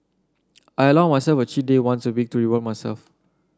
I allow myself a cheat day once a week to reward myself